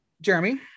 Jeremy